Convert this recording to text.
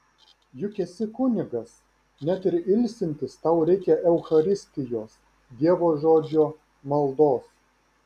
juk esi kunigas net ir ilsintis tau reikia eucharistijos dievo žodžio maldos